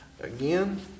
Again